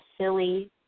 silly